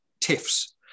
TIFFs